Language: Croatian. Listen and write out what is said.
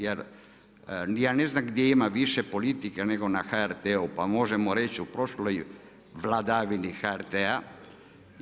Jer ja ne znam gdje ima više politika nego na HRT-u pa možemo reći u prošloj vladavini HRT-a.